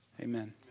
Amen